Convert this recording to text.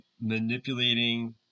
manipulating